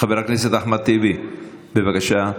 חבר הכנסת אחמד טיבי, בבקשה.